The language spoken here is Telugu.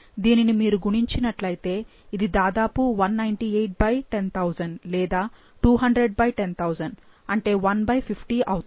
దీనిని మీరు గుణించినట్లైతే ఇది దాదాపు 19810000 లేదా 20010000 అంటే 1 50 అవుతుంది